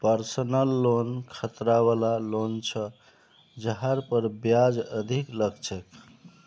personal loan खतरा वला loan छ जहार पर ब्याज अधिक लग छेक